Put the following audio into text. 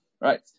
right